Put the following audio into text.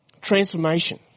Transformation